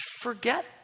forget